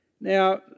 now